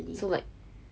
so like